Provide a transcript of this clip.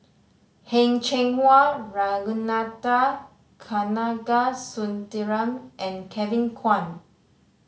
Heng Cheng Hwa Ragunathar Kanagasuntheram and Kevin Kwan